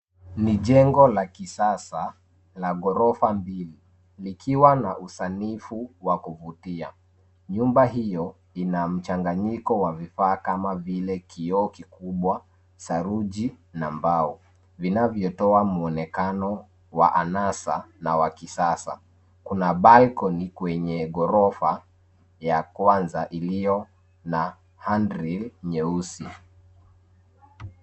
Ni jengo la kisasa, la ghorofa mbili, likiwa na usanifu wa kuvutia, nyumba hiyo, ina mchanganyiko wa vifaa kama vile, vioo vikubwa, saruji, na mbao, vinavyotoa mwonekano, wa anasa, na wa kisasa, kuna balcony , kwenye ghorofa, ya kwanza ilio na hand drill nyeusi.